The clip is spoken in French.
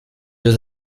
deux